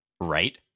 right